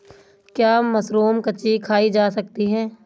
क्या मशरूम कच्ची खाई जा सकती है?